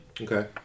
Okay